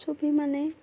ছবি মানে